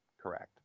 correct